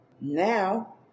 Now